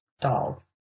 dolls